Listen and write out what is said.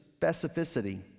specificity